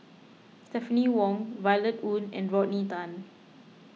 Stephanie Wong Violet Oon and Rodney Tan